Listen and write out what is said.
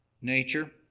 nature